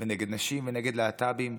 ונגד נשים ונגד להט"בים.